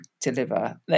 deliver